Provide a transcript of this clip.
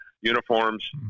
uniforms